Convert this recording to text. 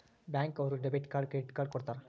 bank ಅವ್ರು debit card credit card ಕೊಡ್ತಾರ